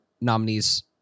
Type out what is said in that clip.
nominees